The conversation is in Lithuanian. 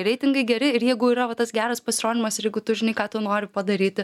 reitingai geri ir jeigu yra va tas geras pasirodymas ir jeigu tu žinai ką tu nori padaryti